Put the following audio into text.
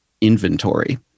inventory